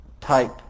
type